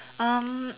um